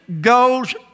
goes